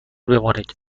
بمانید